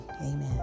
Amen